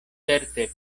certe